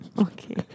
Okay